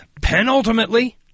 Penultimately